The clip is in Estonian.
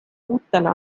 uutele